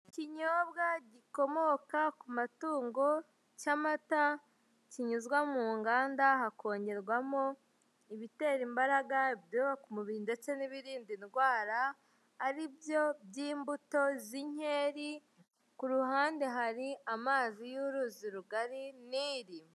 Ikinyobwa gikomoka ku matungo cy'amata, kinyuzwa mu nganda hakongerwamo ibitera imbaraga, ibyubaka umubiri ndetse n'ibirinda indwara aribyo by'imbuto z'inkeri, ku ruhande hari amazi y'uruzi rugari Nili.